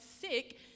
sick